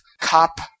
cop